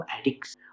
addicts